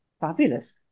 fabulous